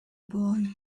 boy